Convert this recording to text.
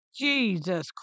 Jesus